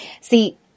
See